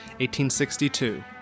1862